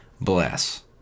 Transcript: Bless